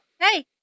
Hey